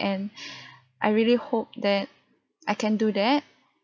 and I really hope that I can do that